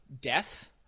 Death